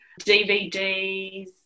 DVDs